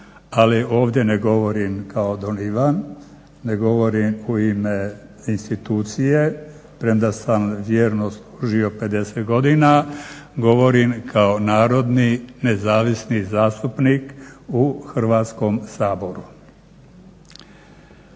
ali ovdje ne govorim kao don Ivan, ne govorim u ime institucije premda sam vjerno služio 50 godina, govorim kao narodni nezavisni zastupnik u Hrvatskom saboru.